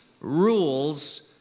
rules